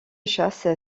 chasse